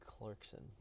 Clarkson